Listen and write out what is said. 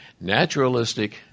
naturalistic